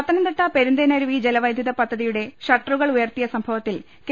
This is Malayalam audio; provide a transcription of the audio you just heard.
പത്തനംതിട്ട പെരുന്തേനരുവി ജലവൈദ്യുത പദ്ധതിയുടെ ഷട്ട റുകൾ ഉയർത്തിയ സംഭവത്തിൽ കെ